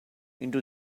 into